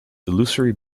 illusory